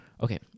okay